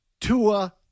Tua